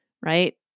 right